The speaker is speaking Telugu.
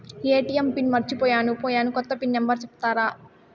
ఎ.టి.ఎం పిన్ మర్చిపోయాను పోయాను, కొత్త పిన్ నెంబర్ సెప్తారా?